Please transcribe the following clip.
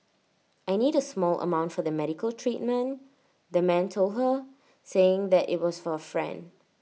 I need A small amount for the medical treatment the man told her saying that IT was for A friend